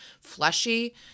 fleshy